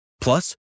Plus